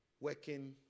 working